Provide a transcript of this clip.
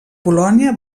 polònia